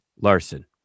Larson